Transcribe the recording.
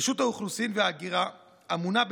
רשות האוכלוסין וההגירה אמונה,